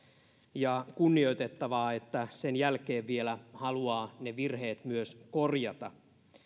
ja kunnioitettavaa että sen jälkeen vielä haluaa ne virheet myös korjata